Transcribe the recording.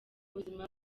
buzima